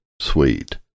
sweet